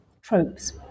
tropes